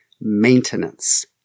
maintenance